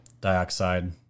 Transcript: dioxide